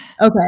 okay